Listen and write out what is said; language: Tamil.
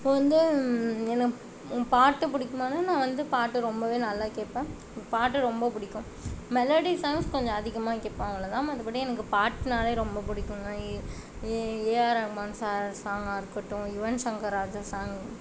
இப்போது வந்து என்ன உன் பாட்டு பிடிக்குமானா நான் வந்து பாட்டு ரொம்பவே நல்லா கேட்பேன் பாட்டு ரொம்ப பிடிக்கும் மெலோடி சாங்ஸ் கொஞ்சம் அதிகமாக கேட்பேன் அவ்வளோ தான் மற்றபடி எனக்கு பாட்டுனாலே ரொம்ப பிடிக்குங்க A A A R Rahman sir சாங்காக இருக்கட்டும் யுவன் ஷங்கர் ராஜா சாங்